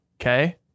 Okay